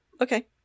okay